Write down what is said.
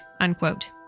unquote